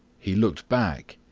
he looked back,